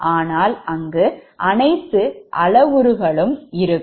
ஆனால் அங்கு அனைத்து அளவுருக்களும் இருக்கும்